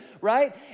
right